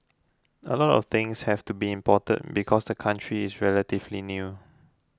a lot of things have to be imported because the country is relatively new